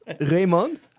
raymond